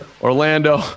Orlando